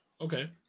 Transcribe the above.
Okay